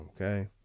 Okay